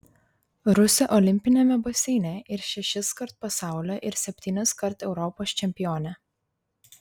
rusė olimpiniame baseine ir šešiskart pasaulio ir septyniskart europos čempionė